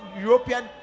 european